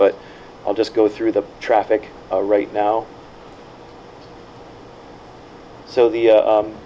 but i'll just go through the traffic right now so the